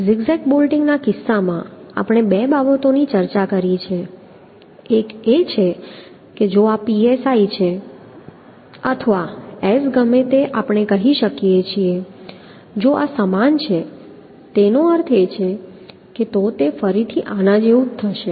તેથી zigzag બોલ્ટિંગના કિસ્સામાં આપણે બે બાબતોની ચર્ચા કરી છે એક એ છે કે જો આ psi છે અથવા s ગમે તે આપણે કહી શકીએ જો આ સમાન છે તેનો અર્થ એ કે તો તે ફરીથી આના જેવું થશે